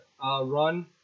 run